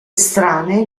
strane